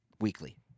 weekly